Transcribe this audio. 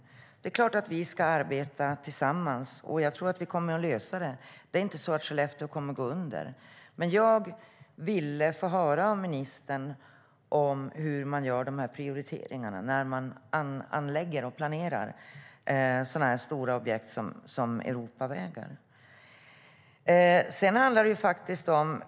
Det är klart att vi ska arbeta tillsammans, och jag tror att vi kommer att lösa det. Skellefteå kommer inte att gå under. Jag ville få höra av ministern hur man prioriterar när man planerar och anlägger sådana här stora objekt som Europavägar.